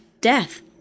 death